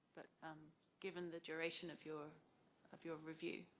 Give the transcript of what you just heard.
but um given the duration of your of your review,